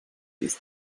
ist